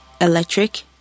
electric